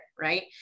right